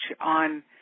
on